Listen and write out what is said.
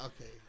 okay